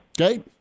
Okay